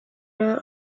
not